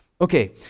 Okay